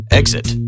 exit